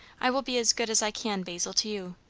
i will be as good as i can, basil, to you.